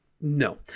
no